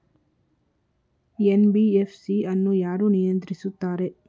NBFC ಅನ್ನು ಯಾರು ನಿಯಂತ್ರಿಸುತ್ತಾರೆ?